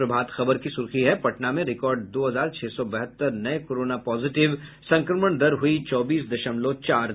प्रभात खबर की सुर्खी है पटना में रिकार्ड दो हजार छह सौ बहत्तर नये कोरोना पॉजिटिव संक्रमण दर हुई चौबीस दशमलव चार दो